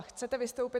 Chcete vystoupit?